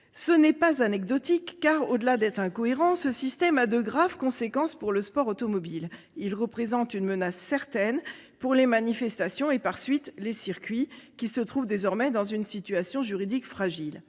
Ce n'est pas anecdotique car, au-delà d'être incohérent, ce système a de graves conséquences pour le sport automobile. Il représente une menace certaine pour les manifestations et, par suite, les circuits qui se trouvent désormais dans une situation juridique fragile.